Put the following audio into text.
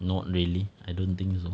not really I don't think so